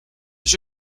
his